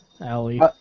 alley